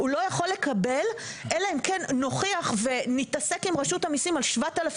הוא לא יכול לקבל אלא אם כן נוכיח ונתעסק עם רשות המיסים על 7,000